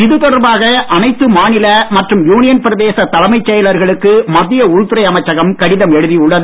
இது தொடர்பாக அனைத்து மாநில மற்றும் யூனியன் பிரதேச தலைமைச் செயலர்களுக்கு மத்திய உள்துறை அமைச்சகம் கடிதம் எழுதியுள்ளது